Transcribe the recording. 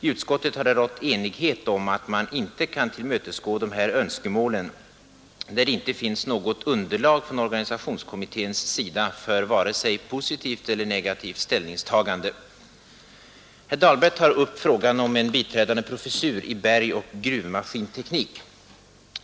I utskottet har rått enighet om att man inte kan tillmötesgå dessa önskemål, eftersom det inte finns något underlag från organisationskommitténs sida för vare sig positivt eller negativt ställningstagande. Herr Dahlberg tar upp frågan om en biträdande professur i bergoch gruvmaskinteknik.